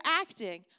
acting